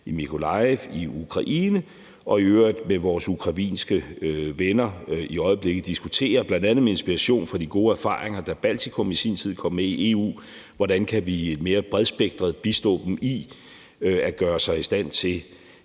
i Mykolaiv i Ukraine og i øvrigt med vores ukrainske venner i øjeblikket diskuterer, bl.a. med inspiration fra de gode erfaringer, da Baltikum i sin tid kom med i EU, hvordan vi mere bredspektret kan bistå dem i at gøre sig i stand til